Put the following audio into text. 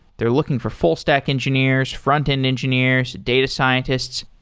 they're looking for full stack engineers, front-end engineers, data scientists.